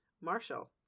Marshall